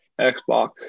xbox